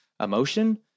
Emotion